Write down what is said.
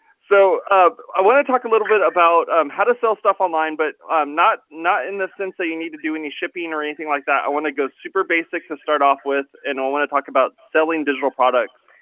so um i wanna talk a little bit about um how to sell stuff online, but um not not in the sense that you need to do any shipping or anything like that. i wanna go super basic to start off with, and i wanna talk about selling digital products.